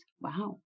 Wow